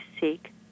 seek